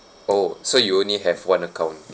oh so you only have one account